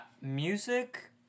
music